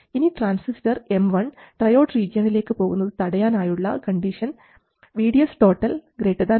ഇനി transistor M1 triode റീജിയണിലേക്ക് പോകുന്നത് തടയാൻ ആയുള്ള കണ്ടീഷൻ VDS ≥ VGS VT ആണ്